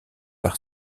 par